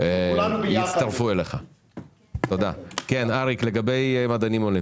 אין לנו נתון כרגע לדעת בוודאות שהם חזרו לאוקראינה